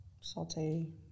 saute